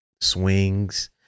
swings